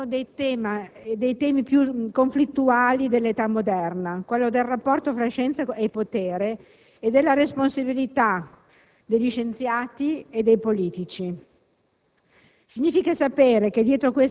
In realtà, sfioriamo uno dei temi più conflittuali dell'età moderna, quello del rapporto tra scienza e potere e della responsabilità degli scienziati e dei politici.